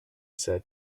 said